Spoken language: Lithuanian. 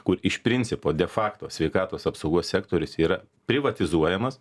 kur iš principo defakto sveikatos apsaugos sektorius yra privatizuojamas